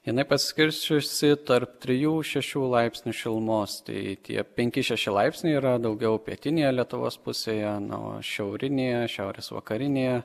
jinai pasiskirsčiusi tarp trijų šešių laipsnių šilumos tai tie penki šeši laipsniai yra daugiau pietinėje lietuvos pusėje na o šiaurinėje šiaurės vakarinėje